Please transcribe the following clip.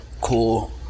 cool